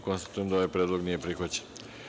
Konstatujem da ovaj predlog nije prihvaćen.